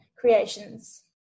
Creations